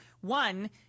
one